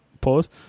pause